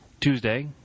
Tuesday